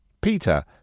Peter